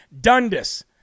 Dundas